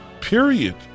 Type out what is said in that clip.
period